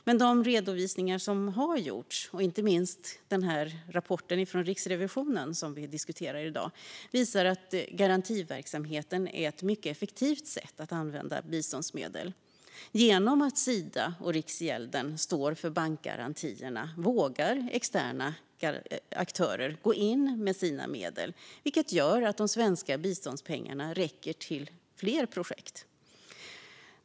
Men de redovisningar som har gjorts, inte minst Riksrevisionens rapport som vi diskuterar i dag, visar att garantiverksamheten är ett mycket effektivt sätt att använda biståndsmedel. Genom att Sida och Riksgälden står för bankgarantierna vågar externa aktörer gå in med sina medel, vilket gör att de svenska biståndspengarna räcker till fler projekt.